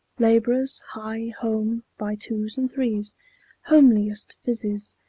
laborers hie home, by twos and threes homeliest phizzes,